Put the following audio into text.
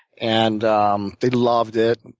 and um they loved it.